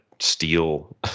steal